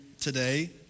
today